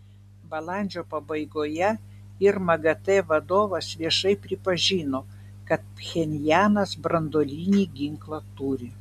balandžio pabaigoje ir magate vadovas viešai pripažino kad pchenjanas branduolinį ginklą turi